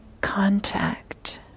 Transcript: contact